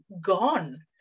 gone